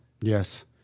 Yes